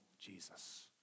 Jesus